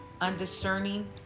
undiscerning